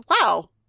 wow